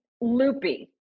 loopy